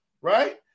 Right